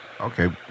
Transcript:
Okay